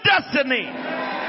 destiny